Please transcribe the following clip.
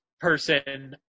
person